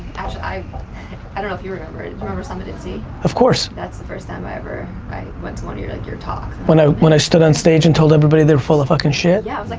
i, i don't know if you remember. do you remember summit at sea? of course. that's the first time i ever, i went to one of your like, your talks. when i when i stood on stage and told everybody they're full of fucking shit. yeah, like